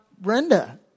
Brenda